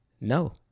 no